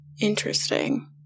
Interesting